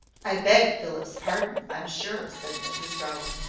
i beg philip's pardon, i am sure, said mrs rowland,